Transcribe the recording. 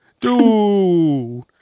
Dude